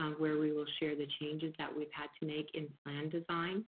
um where we will share the changes that we've had to make in plan design.